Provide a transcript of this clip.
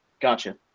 Gotcha